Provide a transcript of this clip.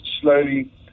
slowly